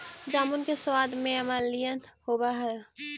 जामुन के सबाद में अम्लीयन होब हई